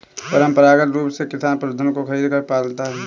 परंपरागत रूप से किसान पशुधन को खरीदकर पालता है